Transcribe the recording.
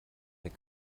weg